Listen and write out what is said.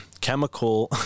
chemical